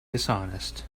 dishonest